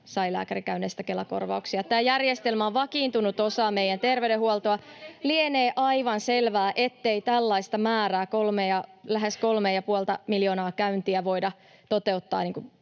sai lääkärikäynneistä Kela-korvauksia. Tämä järjestelmä on vakiintunut osa meidän terveydenhuoltoa. [Krista Kiurun välihuuto] Lienee aivan selvää, ettei tällaista määrää, lähes 3,5 miljoonaa käyntiä, voida toteuttaa